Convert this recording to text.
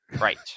Right